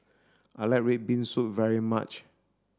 I like red bean soup very much